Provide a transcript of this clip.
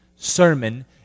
sermon